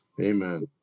Amen